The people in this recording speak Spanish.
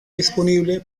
disponible